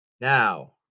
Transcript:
Now